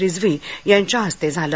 रिझवी यांच्या हस्ते झाले